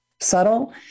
subtle